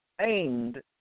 aimed